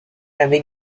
avait